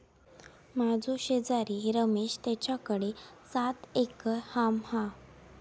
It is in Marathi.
माझो शेजारी रमेश तेच्याकडे सात एकर हॉर्म हा